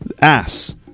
Ass